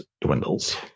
dwindles